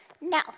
No